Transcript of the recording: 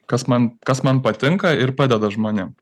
kas man kas man patinka ir padeda žmonėm